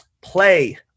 play